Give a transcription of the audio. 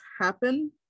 happen